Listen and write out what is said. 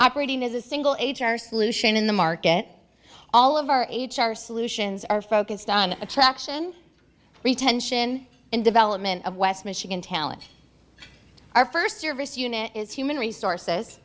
operating as a single age our solution in the market all of our h r solutions are focused on attraction retention and development of west michigan talent our first service unit is human resources